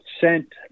sent